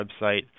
website